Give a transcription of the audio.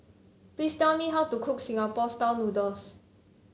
please tell me how to cook Singapore style noodles